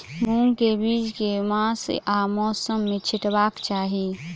मूंग केँ बीज केँ मास आ मौसम मे छिटबाक चाहि?